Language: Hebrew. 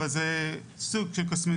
אבל זה סוג של קוסמטיקה.